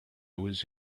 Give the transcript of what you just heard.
was